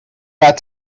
got